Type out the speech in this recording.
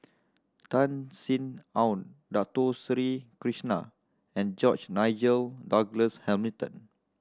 Tan Sin Aun Dato Sri Krishna and George Nigel Douglas Hamilton